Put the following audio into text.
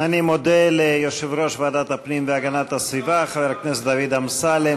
אני מודה ליושב-ראש ועדת הפנים והגנת הסביבה חבר הכנסת דוד אמסלם.